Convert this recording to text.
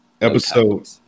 Episode